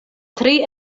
tri